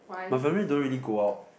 my family don't really go out